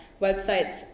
websites